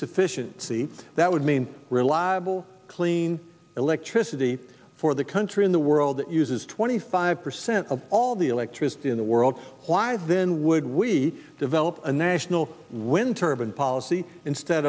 sufficient the that would mean reliable clean electricity for the country in the world that uses twenty five percent of all the electricity in the world why then would we develop a national when turban policy instead